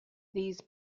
these